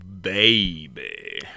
baby